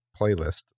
playlist